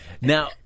Now